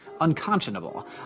unconscionable